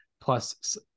plus